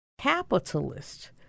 capitalist